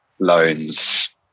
loans